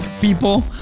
people